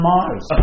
Mars